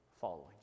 following